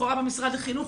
לכאורה במשרד החינוך,